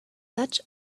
such